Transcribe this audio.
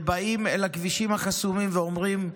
שבאים אל הכבישים החסומים ואומרים: